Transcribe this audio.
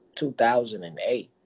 2008